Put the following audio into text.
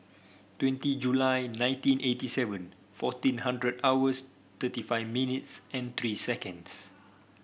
twenty July nineteen eighty seven fourteen hundred hours thirty five minutes and three seconds